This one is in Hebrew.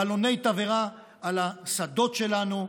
בלוני תבערה על השדות שלנו,